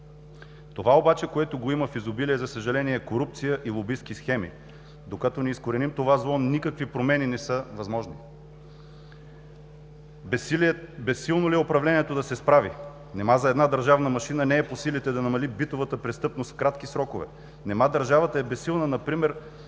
Това обаче, което го има в изобилие, за съжаление, е корупция и лобистки схеми. Докато не изкореним това зло, никакви промени не са възможни. Безсилно ли е управлението да се справи? Нима за една държавна машина не й е по силите да намали битовата престъпност в кратки срокове?! Нима държавата е безсилна например